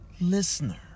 listener